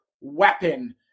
weapon